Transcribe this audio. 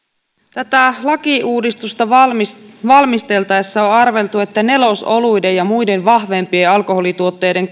tätä lakiuudistusta valmisteltaessa on on arveltu että nelosoluiden ja muiden vahvempien alkoholituotteiden